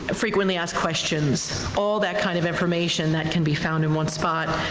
ah frequently asked questions, all that kind of information that can be found in one spot.